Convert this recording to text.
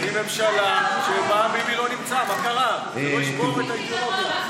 כשלתם בהקמת ממשלה, תחזירו את המנדט לנשיא.